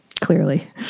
clearly